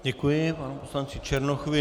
Děkuji panu poslanci Černochovi.